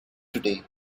today